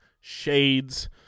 Shades